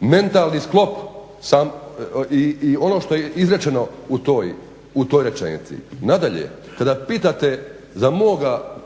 mentalni sklop i ono što je izrečeno u toj rečenici. Nadalje, kada pitate moga, nije